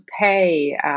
pay